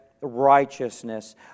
righteousness